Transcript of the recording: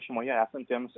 šeimoje esantiems